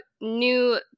new